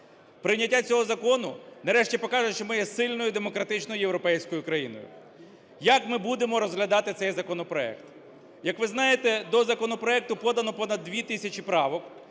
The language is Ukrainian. Прийняття цього закону нарешті покаже, що ми є сильною демократичною європейською країною. Як ми будемо розглядати цей законопроект. Як ви знаєте, до законопроекту подано понад 2 тисячі правок.